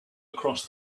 across